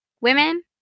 women